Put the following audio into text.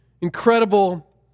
incredible